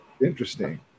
interesting